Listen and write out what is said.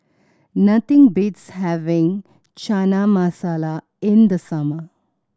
nothing beats having Chana Masala in the summer